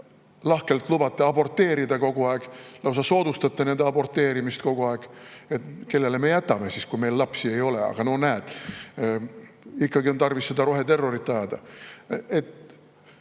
lahkelt lubate aborteerida kogu aeg, lausa soodustate nende aborteerimist kogu aeg. Kellele me jätame siis, kui meil lapsi ei ole? Aga no näed, ikkagi on tarvis seda roheterrorit ajada.